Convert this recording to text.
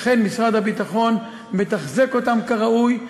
אכן משרד הביטחון מתחזק אותם כראוי,